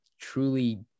truly